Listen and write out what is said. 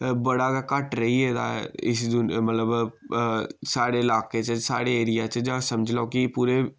बड़ा गै घट रेही गेदा इस दू मतलब साढ़े ल्हाके च साढ़े एरिया च जां समझी लैओ पूरे